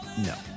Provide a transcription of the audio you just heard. no